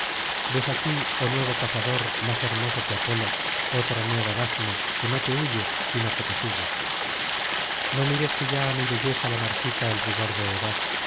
ves aquí oh nuevo cazador más hermoso que apolo otra nueva dafne que no te huye sino que te sigue no mires que ya á mi belleza la marchita el rigor de edad